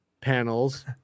panels